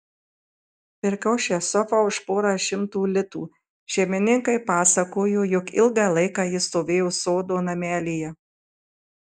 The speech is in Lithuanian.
pirkau šią sofą už porą šimtų litų šeimininkai pasakojo jog ilgą laiką ji stovėjo sodo namelyje